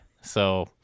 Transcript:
so-